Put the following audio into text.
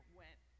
went